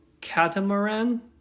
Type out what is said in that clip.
catamaran